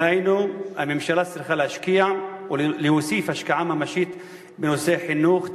דהיינו הממשלה צריכה להשקיע ולהוסיף השקעה ממשית בנושא חינוך,